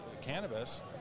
cannabis